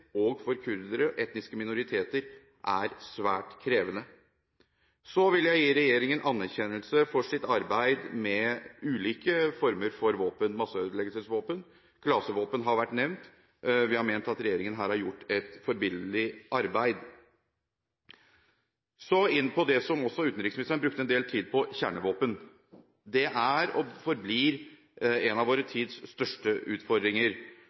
etniske minoriteter er svært krevende. Jeg vil gi regjeringen anerkjennelse for arbeidet med hensyn til ulike former for våpen – masseødeleggelsesvåpen og klasevåpen har vært nevnt. Vi har ment at regjeringen her har gjort et forbilledlig arbeid. Så til det som utenriksministeren også brukte en del tid på: kjernevåpen. Det er og forblir en av vår tids største utfordringer.